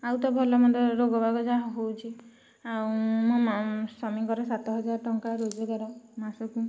ଆଉ ତ ଭଲମନ୍ଦ ରୋଗବାଗ ଯାହା ହେଉଛି ଆଉ ମୋ ସ୍ୱାମୀଙ୍କର ସାତ ହାଜର ଟଙ୍କା ରୋଜଗାର ମାସକୁ